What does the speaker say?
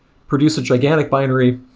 produce a gigantic binary,